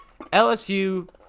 LSU